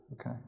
Okay